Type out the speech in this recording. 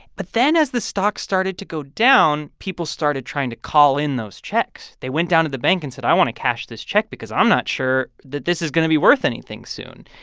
but then as the stock started to go down, people started trying to call in those checks. they went down to the bank and said, i want to cash this check because i'm not sure that this is going to be worth anything soon.